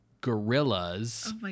gorillas